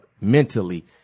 mentally